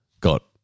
got